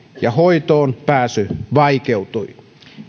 ja hoitoonpääsy vaikeutui